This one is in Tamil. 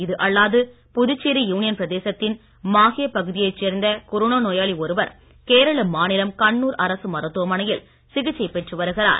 இதுஅல்லாது புதுச்சேரி யூனியன் பிரதேசத்தின் மாகே பகுதியைச் சேர்ந்த கொரோனா நோயாளி ஒருவர் கேரள மாநிலம் கண்ணூர் அரசு மருத்துவமனையில் சிகிச்சை பெற்று வருகிறார்